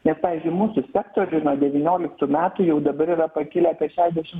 nes pavyzdžiui mūsų sektoriuj nuo devynioliktų metų jau dabar yra pakilę apie šešiasdešimt